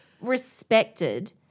respected